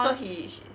so he sh~